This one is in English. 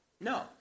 No